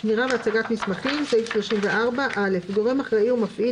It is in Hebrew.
שמירה והצגת מסמכים 34. גורם אחראי ומפעיל